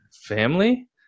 family